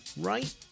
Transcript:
Right